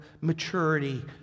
maturity